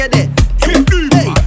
Hey